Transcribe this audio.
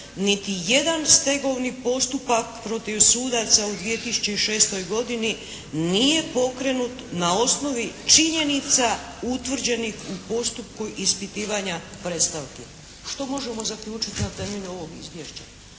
niti jedan stegovni postupak protiv sudaca u 2006. godini nije pokrenut na osnovi činjenica utvrđenih u postupku ispitivanja predstavki. Što možemo zaključiti na temelju ovog izvješća?